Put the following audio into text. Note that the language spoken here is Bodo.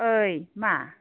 ओय मा